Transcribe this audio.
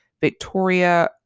Victoria